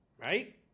right